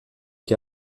que